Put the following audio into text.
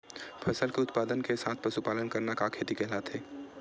फसल के उत्पादन के साथ साथ पशुपालन करना का खेती कहलाथे?